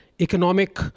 economic